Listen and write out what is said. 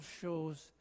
shows